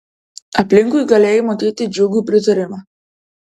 aplinkui galėjai matyt džiugų pritarimą